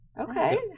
Okay